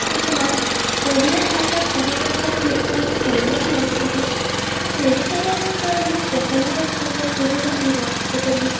କିନ୍ତୁ ନା ଓଡ଼ିଆଭାଷା କହିବା ଦ୍ୱାରା ଲୋକ ଆମକୁ ସମ୍ମାନ ଦେଉଛନ୍ତି କି ଓଡ଼ିଶାରୁ ଆସିଛୁ ଆମେ ଜଗନ୍ନାଥ ଧାମ ପୁରୀ ଧାମରୁ ଆସିଛୁ ବୋଲି